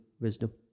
wisdom